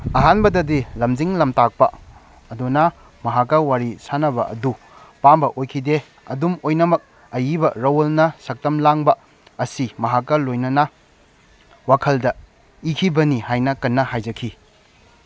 ꯑꯍꯥꯟꯕꯗꯗꯤ ꯂꯝꯖꯤꯡ ꯂꯝꯇꯥꯛꯄ ꯑꯗꯨꯅ ꯃꯍꯥꯛꯀ ꯋꯥꯔꯤ ꯁꯥꯅꯕ ꯑꯗꯨ ꯄꯥꯝꯕ ꯑꯣꯏꯈꯤꯗꯦ ꯑꯗꯨꯝ ꯑꯣꯏꯅꯃꯛ ꯑꯏꯕ ꯔꯥꯋꯜꯅ ꯁꯛꯇꯝ ꯂꯥꯡꯕ ꯑꯁꯤ ꯃꯍꯥꯛꯀ ꯂꯣꯏꯅꯅ ꯋꯥꯈꯜꯗ ꯏꯈꯤꯕꯅꯤ ꯍꯥꯏꯅ ꯀꯟꯅ ꯍꯥꯏꯖꯈꯤ